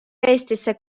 eestisse